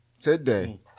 today